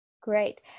great